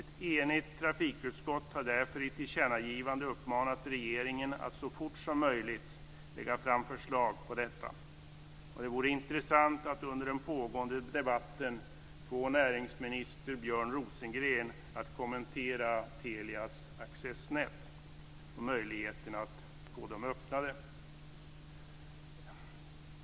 Ett enigt trafikutskott har därför i ett tillkännagivande uppmanat regeringen att så fort som möjligt lägga fram förslag på detta. Det vore intressant att under den pågående debatten få näringsminister Björn Rosengren att kommentera Telias accessnät och möjligheterna att få dem öppnade.